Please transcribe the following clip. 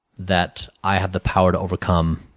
that i have the power to overcome